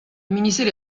miniserie